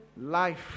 life